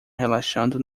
relaxando